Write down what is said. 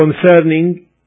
concerning